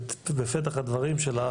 בפתח הדברים שלך,